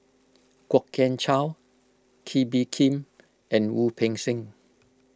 Kwok Kian Chow Kee Bee Khim and Wu Peng Seng